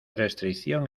restricción